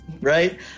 right